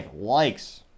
likes